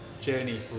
journey